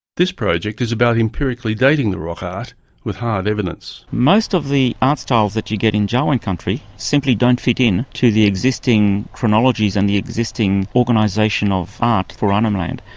this project is about empirically dating the rock art with hard evidence. most of the art styles that you get in jawoyn yeah ah and country simply don't fit in to the existing chronologies and the existing organisation of art for arnhem land.